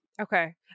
Okay